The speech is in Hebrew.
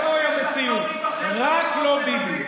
זוהי המציאות, "רק לא ביבי".